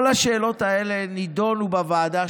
כל השאלות האלה נדונו בוועדה.